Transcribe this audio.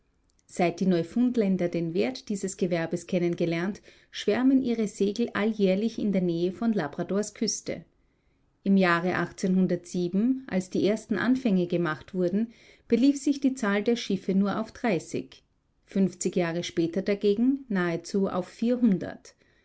seit die neufundländer den wert dieses gewerbes kennengelernt schwärmen ihre segel alljährlich in der nähe von labradors küste im jahre als die ersten anfänge gemacht wurden belief sich die zahl der schiffe nur auf dreißig fünfzig jahre später dagegen nahezu auf